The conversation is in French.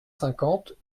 cinquante